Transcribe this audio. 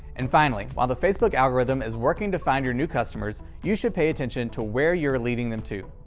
and finally, while the facebook algorithm is working to find your new customers, you should pay attention to where you are leading them to.